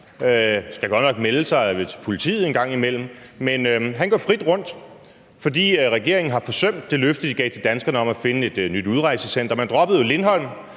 skal godt nok melde sig til politiet en gang imellem, men han går frit rundt, fordi regeringen har forsømt det løfte, de gav til danskerne om at finde et nyt udrejsecenter. Man droppede jo Lindholm,